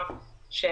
לכן הרשימה דינמית.